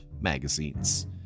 magazines